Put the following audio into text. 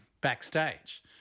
backstage